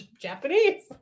Japanese